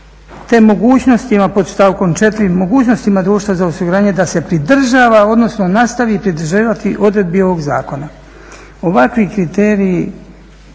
te mogućnostima pod stavkom 4, mogućnostima društva za osiguranje da se pridržava, odnosno nastavi pridržavati odredbi ovog zakona. Ovakvi kriteriji